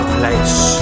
place